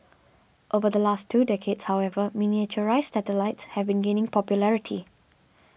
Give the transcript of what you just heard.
over the last two decades however miniaturised satellites have been gaining popularity